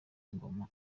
ngoma